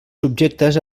subjectes